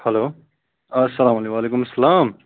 hello اَلسلامُ علیکُم وَعلیکُم السلام